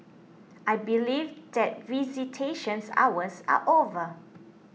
I believe that visitation hours are over